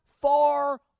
far